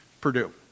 Purdue